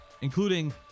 including